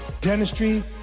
Dentistry